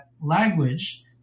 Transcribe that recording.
language